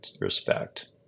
respect